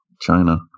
China